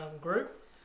group